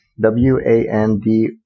W-A-N-D